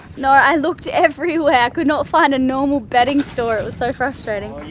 no, i looked everywhere, i could not find a normal bedding store, it was so frustrating.